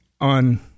on